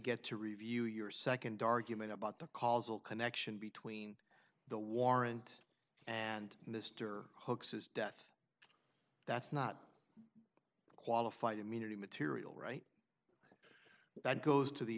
get to review your nd argument about the causal connection between the warrant and mr hoaxes death that's not qualified immunity material right that goes to the